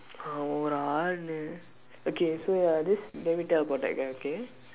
அவன் ஒரு ஆளுனு:avan oru aalunu okay so ya this let me talk about that guy okay